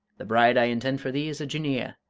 the bride i intend for thee is a jinneeyeh